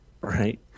right